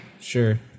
sure